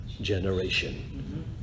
generation